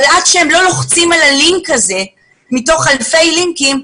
אבל עד שהם לא לוחצים על הלינק הזה מתוך אלפי לינקים,